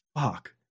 Fuck